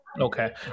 okay